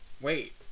Wait